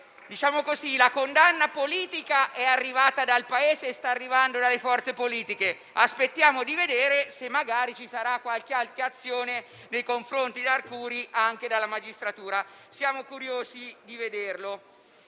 La condanna politica è arrivata dal Paese e sta arrivando dalle forze politiche. Aspettiamo di vedere se magari ci sarà qualche altra azione nei confronti di Arcuri anche da parte della magistratura; siamo curiosi di vederlo.